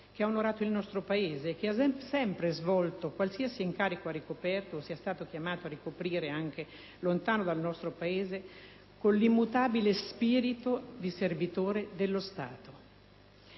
che ha onorato il nostro Paese, e che ha sempre svolto qualsiasi incarico abbia ricoperto, o sia stato chiamato a ricoprire anche lontano dal nostro Paese, con l'immutabile spirito di servitore dello Stato.